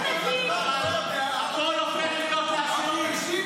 אבל הכול הופך להיות לעשירים.